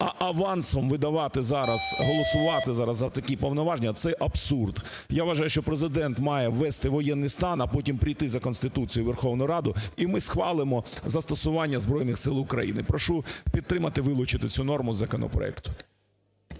зараз, голосувати зараз за такі повноваження це абсурд. Я вважаю, що Президент має ввести воєнний стан, а потім прийти за Конституцією у Верховну Раду і ми схвалимо застосування Збройних Сил України. Прошу підтримати вилучити цю норму з законопроекту.